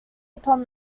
upon